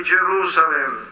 Jerusalem